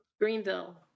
Greenville